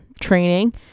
training